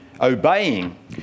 Obeying